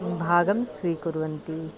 भागं स्वीकुर्वन्ति